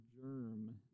germ